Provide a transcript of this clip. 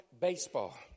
baseball